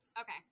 okay